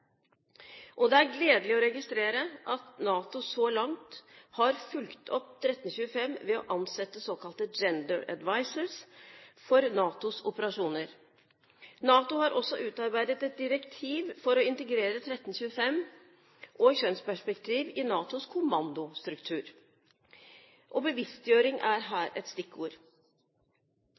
Det er gledelig å registrere at NATO så langt har fulgt opp 1325 ved å ansette «gender advisers» for NATOs operasjoner. NATO har også utarbeidet et direktiv for å integrere 1325 og kjønnsperspektiv i NATOs kommandostruktur. Bevisstgjøring er her et stikkord.